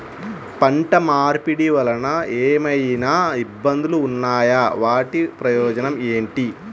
పంట మార్పిడి వలన ఏమయినా ఇబ్బందులు ఉన్నాయా వాటి ప్రయోజనం ఏంటి?